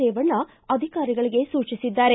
ರೇವಣ್ಣ ಅಧಿಕಾರಿಗಳಿಗೆ ಸೂಚಿಸಿದ್ದಾರೆ